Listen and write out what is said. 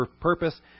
purpose